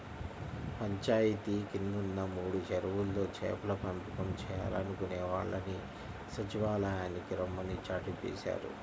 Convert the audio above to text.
పంచాయితీ కిందున్న మూడు చెరువుల్లో చేపల పెంపకం చేయాలనుకునే వాళ్ళని సచ్చివాలయానికి రమ్మని చాటింపేశారు